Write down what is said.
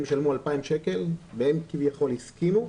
הם ישלמו 2,000 שקל והם כביכול הסכימו,